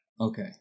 Okay